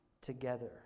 together